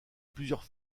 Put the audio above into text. plusieurs